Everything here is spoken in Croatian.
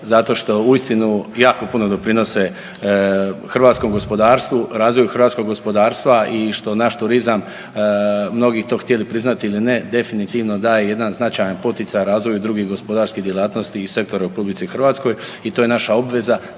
zato što uistinu jako puno doprinose hrvatskom gospodarstvu, razvoju hrvatskog gospodarstva i što naš turizam mnogi to htjeli priznati ili ne, definitivno daje jedan značajan poticaj razvoju drugih gospodarskih djelatnosti i sektor u RH i to je naša obveza